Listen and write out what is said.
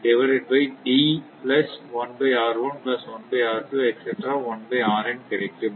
இது steady state ஆகும்